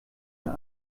der